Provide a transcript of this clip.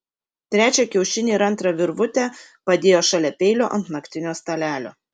trečią kiaušinį ir antrą virvutę padėjo šalia peilio ant naktinio stalelio